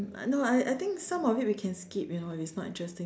no I I think some of it we can skip you know if it's not interesting